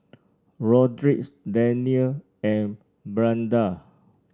Rodrick's Danniel and Brianda